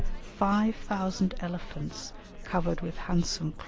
five thousand elephants covered with handsome